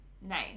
Nice